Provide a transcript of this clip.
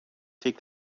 take